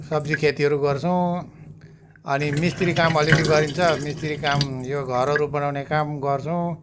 सब्जी खेतीहरू गर्छौँ अनि मिस्त्री काम अलिअलि गरिन्छ मिस्त्री काम यो घरहरू बनाउने काम गर्छौँ